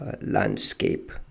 landscape